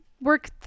work